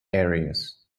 areas